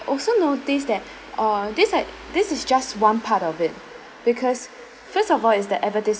also noticed that uh this at this is just one part of it because first of all is the advertisement